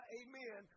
amen